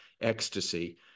ecstasy